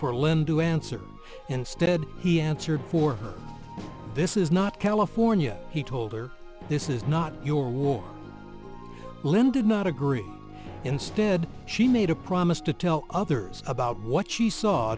for lendu answer instead he answered for her this is not california he told her this is not your war lynn did not agree instead she made a promise to tell others about what she saw